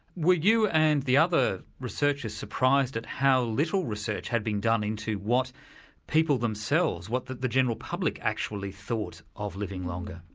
were you and the other researchers surprised at how little research had been done into what people themselves, what the the general public actually thought of living longer?